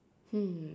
hmm